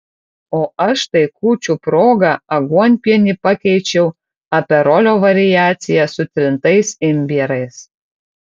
o aš tai kūčių proga aguonpienį pakeičiau aperolio variacija su trintais imbierais